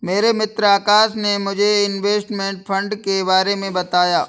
मेरे मित्र आकाश ने मुझे इनवेस्टमेंट फंड के बारे मे बताया